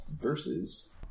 Versus